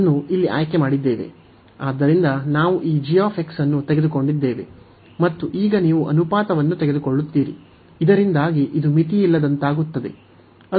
ಆದ್ದರಿಂದ ನಾವು ಈ ಅನ್ನು ತೆಗೆದುಕೊಂಡಿದ್ದೇವೆ ಮತ್ತು ಈಗ ನೀವು ಅನುಪಾತವನ್ನು ತೆಗೆದುಕೊಳ್ಳುತ್ತೀರಿ ಇದರಿಂದಾಗಿ ಇದು ಮಿತಿಯಿಲ್ಲದಂತಾಗುತ್ತದೆ